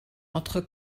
entre